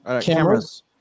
cameras